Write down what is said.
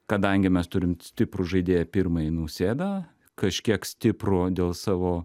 kadangi mes turim stiprų žaidėją pirmąjį nausėdą kažkiek stiprų dėl savo